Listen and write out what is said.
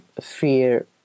fear